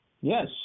Yes